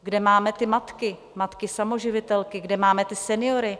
Kde máme matky matky samoživitelky, kde máme seniory?